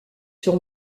sur